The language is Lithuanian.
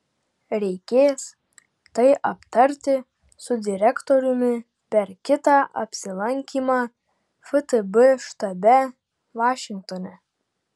reikės tai aptarti su direktoriumi per kitą apsilankymą ftb štabe vašingtone